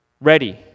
ready